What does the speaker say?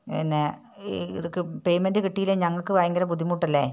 എന്നാ ഈ ഇതൊക്കെ പേയ്മെന്റ് കിട്ടിയില്ലേൽ ഞങ്ങൾക്ക് ഭയങ്കര ബുദ്ധിമുട്ടല്ലേ